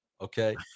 Okay